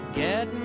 get